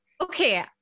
Okay